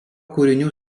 kūrinių